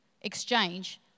exchange